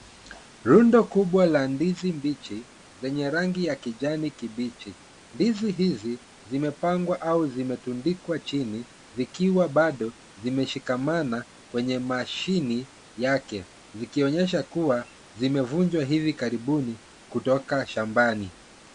Rundo kubwa la ndizi mbichi zenye rangi ya kijani kibichi. Ndizi hizi zimepangwa au zimetundikwa chini, zikiwa bado zimeshikamana kwenye mashini yake, zikionyesha kuwa zimevunjwa hivi karibuni kutoka shambani.